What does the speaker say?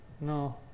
No